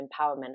empowerment